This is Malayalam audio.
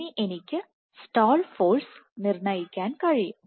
ഇനി എനിക്ക് സ്റ്റാൾ ഫോഴ്സ് നിർണ്ണയിക്കാൻ കഴിയും